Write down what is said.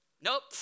Nope